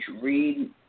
read